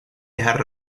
dejar